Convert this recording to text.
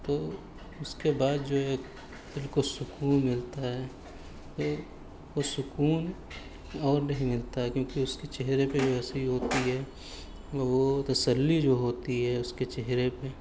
تو اس کے بعد جو ایک دل کو سکون ملتا ہے یہ وہ سکون اور نہیں ملتا کیونکہ اس کے چہرے پہ جو ہنسی ہوتی ہے وہ تسلی جو ہوتی ہے اس کے چہرے پہ